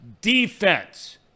defense